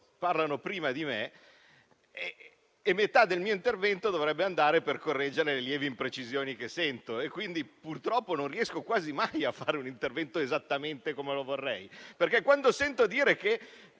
parlano prima di me e metà del mio intervento dovrebbe correggere le lievi imprecisioni che sento fare. Quindi, non riesco quasi mai a fare un intervento esattamente come vorrei. Quando sento dire che